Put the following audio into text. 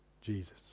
Jesus